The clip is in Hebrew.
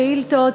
שאילתות,